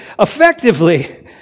effectively